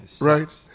right